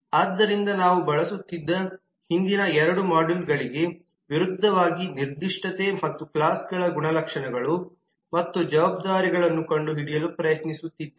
ಆದ್ದರಿಂದ ನಾವು ಬಳಸುತ್ತಿದ್ದ ಹಿಂದಿನ ಎರಡು ಮಾಡ್ಯೂಲ್ಗಳಿಗೆ ವಿರುದ್ಧವಾಗಿ ನಿರ್ದಿಷ್ಟತೆ ಮತ್ತು ಕ್ಲಾಸ್ಗಳ ಗುಣಲಕ್ಷಣಗಳು ಮತ್ತು ಜವಾಬ್ದಾರಿಗಳನ್ನು ಕಂಡುಹಿಡಿಯಲು ಪ್ರಯತ್ನಿಸುತ್ತಿದೆ